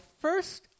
first